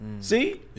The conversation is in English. See